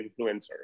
influencer